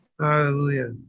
Hallelujah